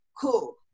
Cool